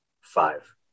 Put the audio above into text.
Five